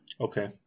Okay